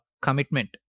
commitment